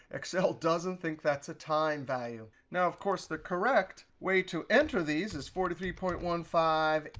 excel doesn't think that's a time value. now, of course, the correct way to enter these is forty three point one five,